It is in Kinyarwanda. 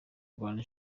rwanda